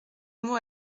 mot